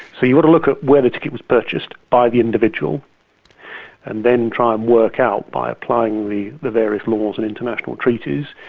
so you've got to look at where the ticket was purchased by the individual and then try and work out by applying the the various laws and international treaties,